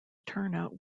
turnout